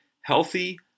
healthy